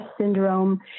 syndrome